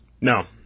No